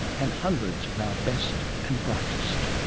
and hundreds of our best and brightest.